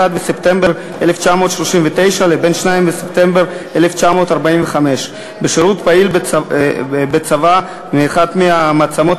בספטמבר 1939 ל-2 בספטמבר 1945 שירות פעיל בצבא אחת ממעצמות